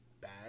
bad